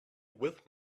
with